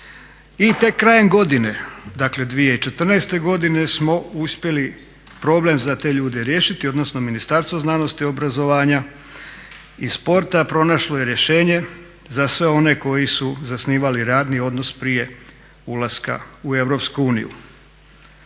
i tek krajem godine 2014.godine smo uspjeli problem za te ljude riješiti odnosno Ministarstvo znanosti, obrazovanja i sporta pronašlo je rješenje za sve one koji su zasnivali radni odnos prije ulaska u EU.